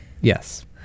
yes